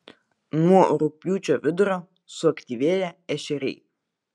nuo rugpjūčio vidurio suaktyvėja ešeriai